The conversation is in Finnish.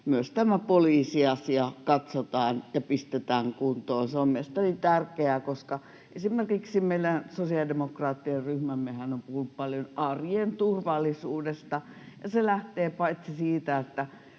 myös tämä poliisiasia katsotaan ja pistetään kuntoon. Se on mielestäni tärkeää. Esimerkiksi meidän sosiaalidemokraattien ryhmämmehän on puhunut paljon arjen turvallisuudesta. Se lähtee paitsi siitä, että